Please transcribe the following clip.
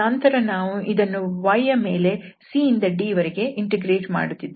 ನಂತರ ನಾವು ಇದನ್ನು y ಯ ಮೇಲೆ c ಇಂದ d ವರೆಗೆ ಇಂಟಿಗ್ರೇಟ್ ಮಾಡುತ್ತಿದ್ದೇವೆ